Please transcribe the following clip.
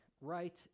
right